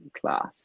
Class